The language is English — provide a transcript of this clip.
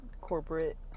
corporate